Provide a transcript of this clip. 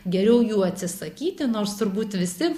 geriau jų atsisakyti nors turbūt visi